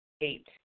Eight